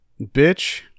Bitch